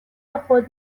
خود